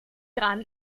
dran